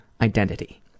identity